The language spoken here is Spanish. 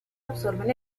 absorben